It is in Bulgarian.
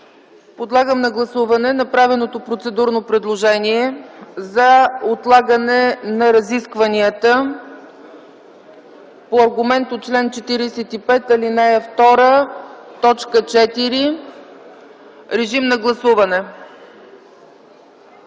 Подлагам на гласуване направеното процедурно предложение за отлагане на разискванията по аргумент от чл. 45, ал. 2, т. 4. Гласували